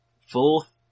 fourth